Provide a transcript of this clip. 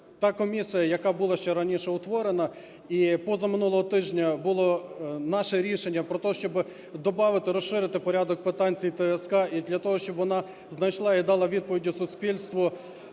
Та комісія, яка була ще раніше утворена, і позаминулого тижня було наше рішення про те, щоб добавити, розширити порядок питань цій ТСЦ, і для того щоб вона знайшла і дала відповіді суспільству,